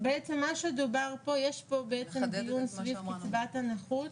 מה שדובר פה, יש פה דיון סביב קצבת נכות,